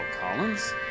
Collins